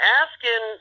asking